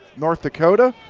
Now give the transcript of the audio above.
north dakota.